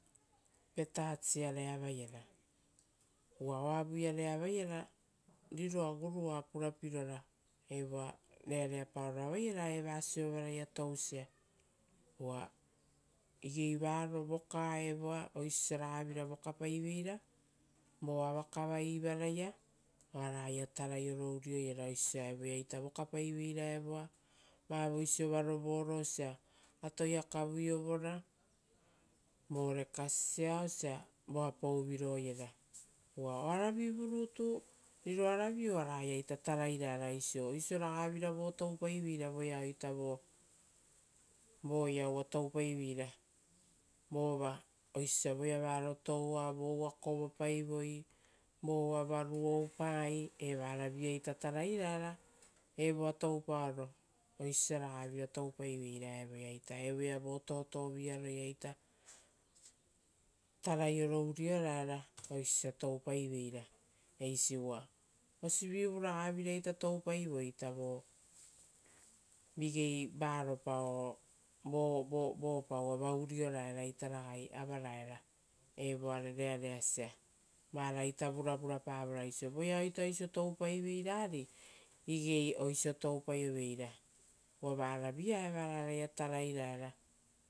Petats. Uva oa vuiare avaiera riroa gurua oa purapirora. Evoa reareapaoro avaiera eva siovaraia tousia. Uva igei varo voka evoare osiosa ragavira vokapaiveira evoare. Vo avakava ivaraia, everaia taraioro urioiera osio osia evoeita vokapaiveira vavoisiova rovoro osia atoia kavuiovora, vore kasisia osia voa pouviro iera. Uva oaravivu rutu riroaravi oaraia ita tarairaera osio, oisioragavira toupaiveira voeaita evoavoea varo toua, ora vo uva kovopaivoi, vo uva varu oupai, evaravi-iaita tarairaera evoa toupaoro oisio, osia ragavira toupaiveira. Uva evoea vo totovia-rolaita tarai oro urioraera osio osia toupaiveira eisi, uva osivivuragaviraita toupaiveira vigei varopa o vopa uvava urioraera ragai evoa rearesia. Uva varaita vuravurapavora osio voeaita oisio toupaiveira ari igei oisio toupaio veira. Uva varavi-ia evara oaraia tarairaera